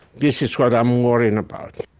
this is what i'm worrying about.